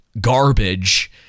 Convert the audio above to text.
garbage